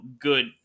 good